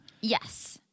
Yes